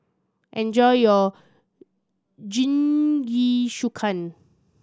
enjoy your Jingisukan